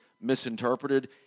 misinterpreted